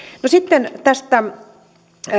no sitten tästä